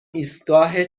ایستگاه